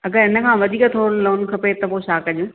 अगरि इन खां वधीक थोरो लोन खपे त पोइ छा कजे